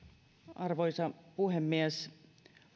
arvoisa puhemies